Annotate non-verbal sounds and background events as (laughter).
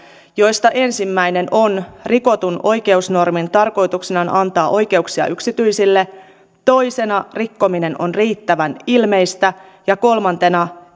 joista ensimmäinen on rikotun oikeusnormin tarkoituksena on antaa oikeuksia yksityisille toisena rikkominen on riittävän ilmeistä ja kolmantena (unintelligible)